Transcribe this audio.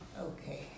Okay